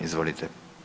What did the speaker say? Izvolite.